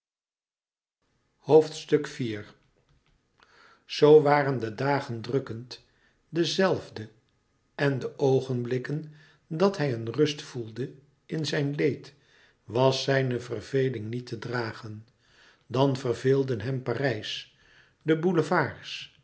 zoo waren de dagen drukkend de zelfde en de oogenblikken dat hij een rust voelde in zijn leed was zijn verveling niet te dragen dan louis couperus metamorfoze verveelden hem parijs de boulevards